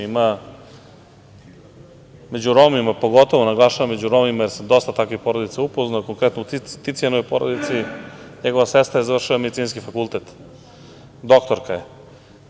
Ima među Romima, pogotovo naglašavam među Romima, jer sam dosta takvih porodica upoznao, konkretno u Ticijanovoj porodici, njegova sestra je završila medicinski fakultet, doktorka je.